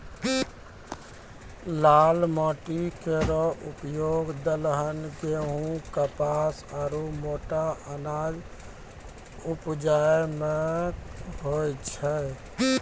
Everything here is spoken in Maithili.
लाल माटी केरो उपयोग दलहन, गेंहू, कपास आरु मोटा अनाज उपजाय म होय छै